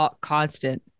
constant